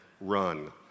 run